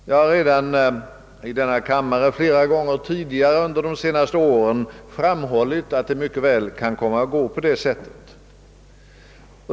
Jag har redan flera gånger tidigare under de senaste åren i denna kammare framhållit att det mycket väl kan komma att gå på det sättet.